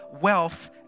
wealth